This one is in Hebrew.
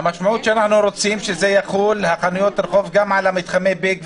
רוצים שזה יחול גם על מתחמי ביג,